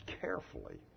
carefully